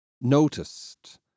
noticed